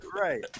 Right